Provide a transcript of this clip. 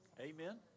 Amen